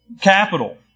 capital